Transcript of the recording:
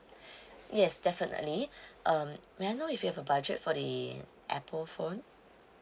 yes definitely um may I know if you have a budget for the apple phone